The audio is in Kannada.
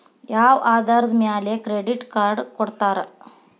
ಯಾವ ಆಧಾರದ ಮ್ಯಾಲೆ ಕ್ರೆಡಿಟ್ ಕಾರ್ಡ್ ಕೊಡ್ತಾರ?